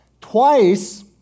Twice